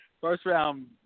first-round